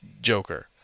Joker